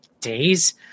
days